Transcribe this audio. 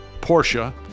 Porsche